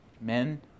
men